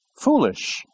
foolish